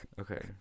okay